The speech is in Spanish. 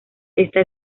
esta